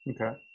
okay